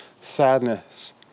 sadness